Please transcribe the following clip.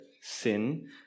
sin